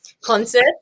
concert